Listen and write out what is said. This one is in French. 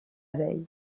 veille